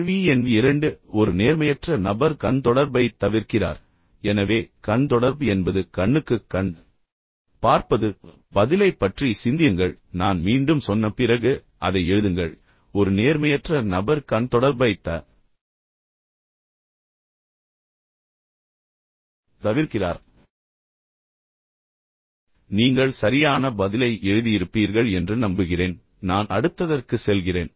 கேள்வி எண் 2 ஒரு நேர்மையற்ற நபர் கண் தொடர்பைத் தவிர்க்கிறார் எனவே கண் தொடர்பு என்பது கண்ணுக்குக் கண் பார்ப்பது பதிலைப் பற்றி சிந்தியுங்கள் நான் மீண்டும் சொன்ன பிறகு அதை எழுதுங்கள் ஒரு நேர்மையற்ற நபர் கண் தொடர்பைத் த தவிர்க்கிறார் நீங்கள் சரியான பதிலை எழுதியிருப்பீர்கள் என்று நம்புகிறேன் நான் அடுத்ததற்கு செல்கிறேன்